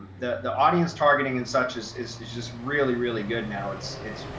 the the audience targeting and such as is just really, really good. now it's, it's,